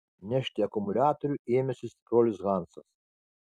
nešti akumuliatorių ėmėsi stipruolis hansas